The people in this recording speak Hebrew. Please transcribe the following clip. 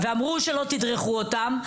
הם אמרו שלא תדרכו אותם.